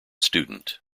student